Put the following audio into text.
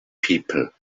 people